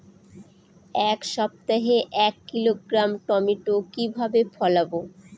এক সপ্তাহে এক কিলোগ্রাম টমেটো কিভাবে ফলাবো?